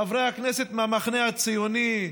חברי הכנסת מהמחנה הציוני,